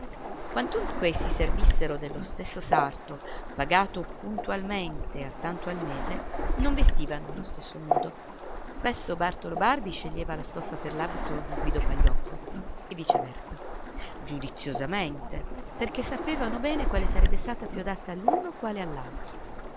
quantunque si servissero dallo stesso sarto pagato puntualmente a tanto al mese non vestivano allo stesso modo spesso bartolo barbi sceglieva la stoffa per l'abito di guido pagliocco e viceversa giudiziosamente perché sapevano bene quale sarebbe stata più adatta all'uno quale